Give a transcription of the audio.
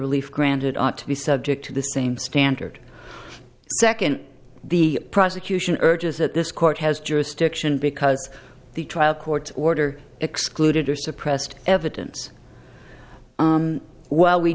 relief granted ought to be subject to the same standard second the prosecution urges that this court has jurisdiction because the trial court order excluded or suppressed evidence well we